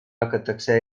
hakatakse